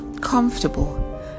comfortable